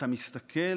אתה מסתכל